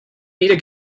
weder